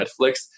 Netflix